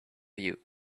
you